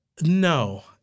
No